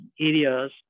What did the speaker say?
areas